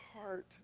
heart